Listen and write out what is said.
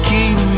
Keep